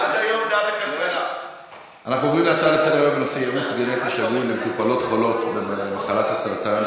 אנחנו עוברים להצעה לסדר-היום: ייעוץ גנטי למטופלות חולות במחלת הסרטן,